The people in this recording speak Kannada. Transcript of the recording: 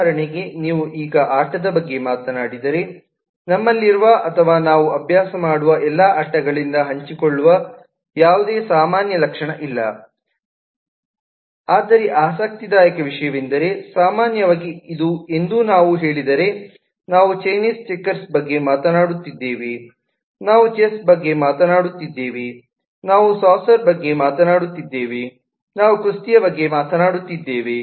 ಉದಾಹರಣೆಗೆ ನೀವು ಈಗ ಆಟದ ಬಗ್ಗೆ ಮಾತನಾಡಿದರೆ ನಮ್ಮಲ್ಲಿರುವ ಅಥವಾ ನಾವು ಅಭ್ಯಾಸ ಮಾಡುವ ಎಲ್ಲಾ ಆಟಗಳಿಂದ ಹಂಚಿಕೊಳ್ಳುವ ಯಾವುದೇ ಸಾಮಾನ್ಯ ಲಕ್ಷಣ ಇಲ್ಲ ಆದರೆ ಆಸಕ್ತಿದಾಯಕ ವಿಷಯವೆಂದರೆ ಸಾಮಾನ್ಯವಾಗಿ ಇದು ಎಂದು ನಾವು ಹೇಳಿದರೆ ನಾವು ಚೈನೀಸ್ ಚೆಕರ್ಸ್ ಬಗ್ಗೆ ಮಾತನಾಡುತ್ತಿದ್ದೇವೆ ನಾವು ಚೆಸ್ ಬಗ್ಗೆ ಮಾತನಾಡುತ್ತಿದ್ದೇವೆ ನಾವು ಸಾಕರ್ ಬಗ್ಗೆ ಮಾತನಾಡುತ್ತಿದ್ದೇವೆ ನಾವು ಕುಸ್ತಿಯ ಬಗ್ಗೆ ಮಾತನಾಡುತ್ತಿದ್ದೇವೆ